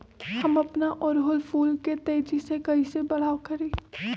हम अपना ओरहूल फूल के तेजी से कई से बड़ा करी?